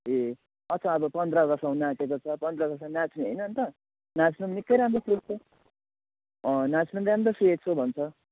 ए अच्छा अब पन्ध्र अगस्त आउनु आँटेको छ पन्ध्र अगस्तमा नाँच्ने होइन अन्त नाँच्नु पनि निकै राम्रो रहेछ नाँच्नु पनि राम्रो सिकेको छौ भन्छ